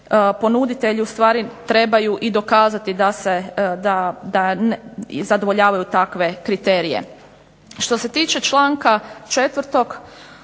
ponuditelj trebaju i dokazati da ne zadovoljavaju takve kriterije. Što se tiče članka 4.,